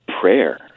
Prayer